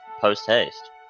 post-haste